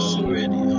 already